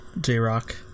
J-Rock